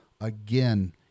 Again